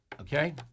okay